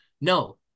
No